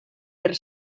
per